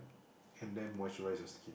and then moisturise your skin